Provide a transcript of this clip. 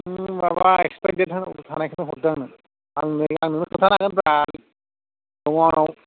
नों माबा expiry date थांनायखौ हरदों आंनो आं नोंनो खिनथानो हागोनब्रा न'आव